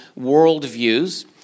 worldviews